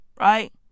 right